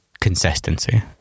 consistency